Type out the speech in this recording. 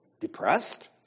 Depressed